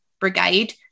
brigade